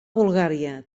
bulgària